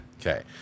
Okay